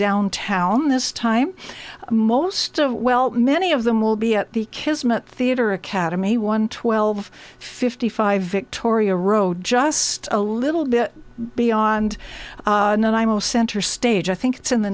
downtown this time most of well many of them will be at the kismet theater academy one twelve fifty five victoria road just a little bit beyond that imo center stage i think it's in the